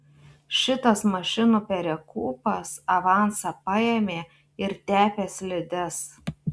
šitas mašinų perekūpas avansą paėmė ir tepė slides